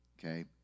okay